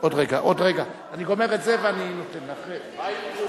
מה עם תרופות?